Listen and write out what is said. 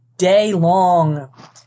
day-long